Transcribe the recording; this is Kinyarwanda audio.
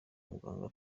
muganga